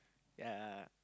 ya